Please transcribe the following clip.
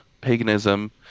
paganism